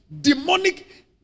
demonic